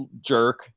Jerk